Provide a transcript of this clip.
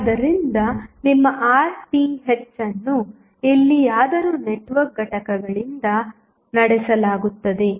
ಆದ್ದರಿಂದ ನಿಮ್ಮ RTh ಅನ್ನು ಎಲ್ಲಿಯಾದರೂ ನೆಟ್ವರ್ಕ್ ಘಟಕಗಳಿಂದ ನಡೆಸಲಾಗುತ್ತದೆ